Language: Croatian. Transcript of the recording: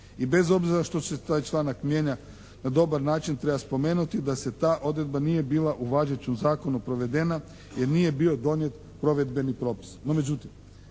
i bez obzira što se taj članak mijenja na dobar način treba spomenuti da se ta odredba nije bila u važećem zakonu bila provedena jer nije bio donijet provedbeni propis.